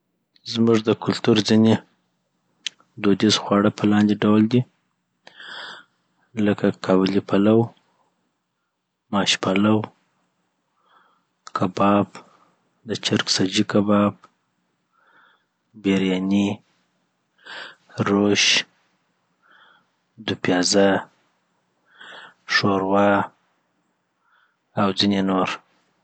زمونږ دکلتور ځیني دودیز خواړه په لاندي ډول دي لکه قابل پلؤ، ماش پلو، کباب، دچرګ سجي کباب، بیریانې، روش، دوپیازه، ښوروا اوځیني نور